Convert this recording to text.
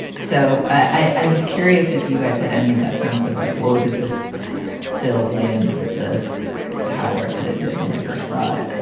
so i'm curious if you guys had any of that sense of like, whoa, does this still land with the power that it did when i first saw it?